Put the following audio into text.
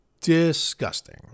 Disgusting